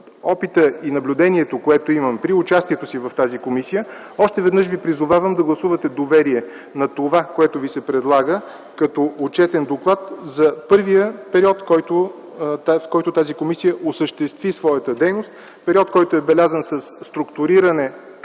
и наблюдението, което имам при участието си в тази комисия, още веднъж ви призовавам да гласувате доверие на това, което ви се предлага като отчетен доклад за първия период, в който тази комисия осъществи своята дейност. Период, който е белязан със структуриране